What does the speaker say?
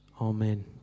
Amen